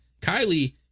Kylie